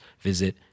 visit